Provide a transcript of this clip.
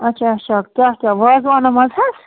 اچھَا اچھَا کیاہ کیاہ وازوانو منٛز حَظ